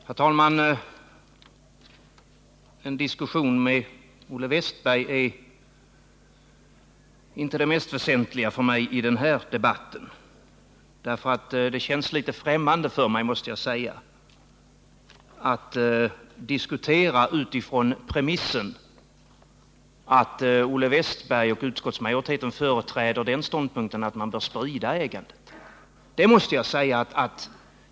Herr talman! En diskussion med Olle Wästberg i Stockholm är inte det mest väsentliga för mig i denna debatt. Det känns litet främmande för mig att diskutera utifrån premissen att Olle Wästberg och utskottsmajoriteten företräder ståndpunkten att man bör sprida ägandet.